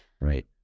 right